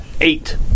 eight